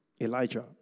Elijah